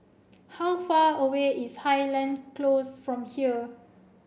how far away is Highland Close from here